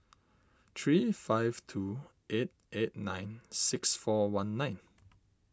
three five two eight eight nine six four one nine